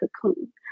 cocoon